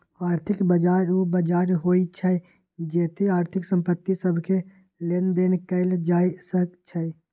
आर्थिक बजार उ बजार होइ छइ जेत्ते आर्थिक संपत्ति सभके लेनदेन कएल जाइ छइ